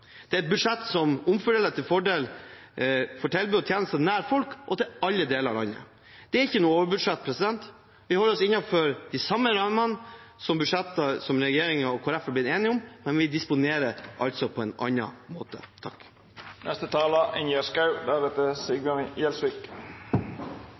Det er et budsjett som omfordeler til fordel for tilbud og tjenester nær folk og til alle deler av landet. Det er ikke noe overbudsbudsjett. Vi holder oss innenfor de samme budsjettrammene som regjeringen og Kristelig Folkeparti har blitt enige om, men vi disponerer altså på en annen måte.